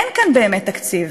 אין כאן באמת תקציב.